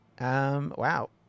wow